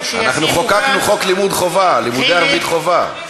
אנחנו חוקקנו חוק לימוד חובה, לימודי ערבית חובה.